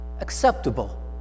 acceptable